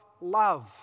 love